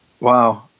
Wow